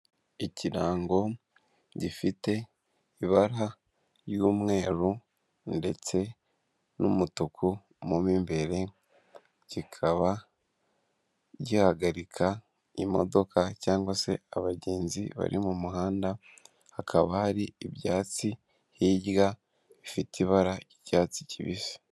Ikirango gifite ibara ry'umweru ndetse n'umutuku mu mwimbere kikaba gihagarika imodoka cyangwa se abagenzi bari mu muhanda hakaba hari ibyatsi hirya bifite ibara ry'icyatsi kibisi.